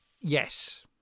yes